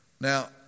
Now